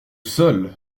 seule